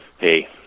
hey